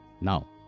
Now